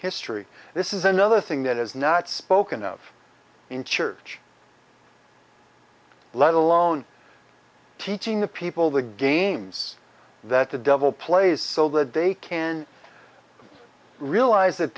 history this is another thing that is not spoken of in church let alone teaching the people the games that the devil plays so that they can realize that